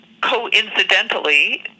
coincidentally